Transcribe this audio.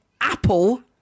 apple